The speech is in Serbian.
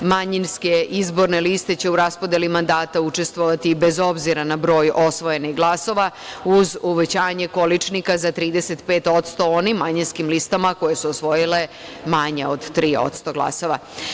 Manjinske izborne liste će u raspodeli mandata učestvovati bez obzira na broj osvojenih glasova, uz uvećanje količnika za 35% onim manjinskim listama koje su osvojile manje od 3% glasova.